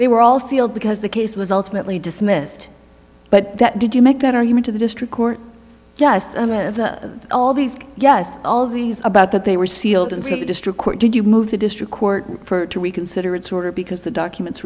they were all sealed because the case was ultimately dismissed but that did you make that argument to the district court yes all these yes all these about that they were sealed until the district court did you move the district court for to reconsider its order because the documents